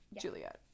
Juliet